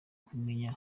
kumenya